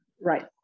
Right